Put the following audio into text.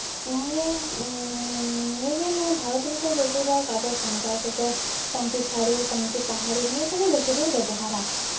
ᱱᱚᱣᱟᱜᱮ ᱱᱤᱭᱟᱹᱜᱮ ᱱᱚᱣᱟ ᱵᱷᱟᱨᱚᱛ ᱨᱮᱫᱚ ᱵᱮᱥᱤᱨᱵᱷᱟᱜᱽ ᱟᱵᱚ ᱥᱟᱱᱛᱟᱲ ᱠᱚᱫᱚ ᱯᱟᱹᱧᱪᱤ ᱥᱟᱹᱲᱤ ᱯᱟᱹᱧᱪᱤ ᱯᱟᱦᱟᱲ ᱱᱤᱭᱟᱹ ᱠᱚᱜᱮ ᱵᱮᱥᱤ ᱵᱚᱱ ᱵᱮᱵᱚᱦᱟᱨᱟ